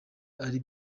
ari